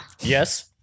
Yes